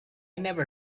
never